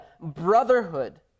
brotherhood